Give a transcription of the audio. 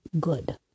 good